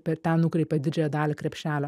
per ten nukreipia didžiąją dalį krepšelio